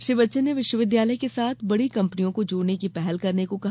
श्री बच्चन ने विश्वविद्यालय के साथ बड़ी कम्पनियों को जोड़ने की पहल करने को कहा